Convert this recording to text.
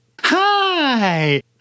hi